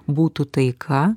būtų taika